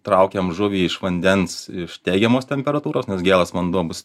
traukiam žuvį iš vandens iš teigiamos temperatūros nes gėlas vanduo bus